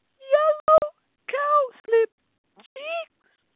yellow cowslip cheeks,